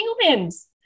humans